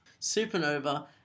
supernova